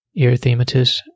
erythematous